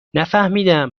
نفهمیدم